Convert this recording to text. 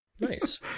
Nice